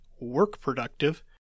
work-productive